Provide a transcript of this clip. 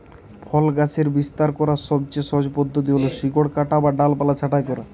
ফল গাছের বিস্তার করার সবচেয়ে সহজ পদ্ধতি হল শিকড় কাটা বা ডালপালা ছাঁটাই করা